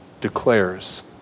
declares